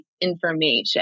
information